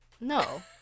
No